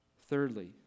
Thirdly